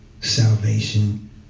salvation